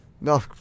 No